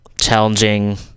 challenging